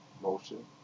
motion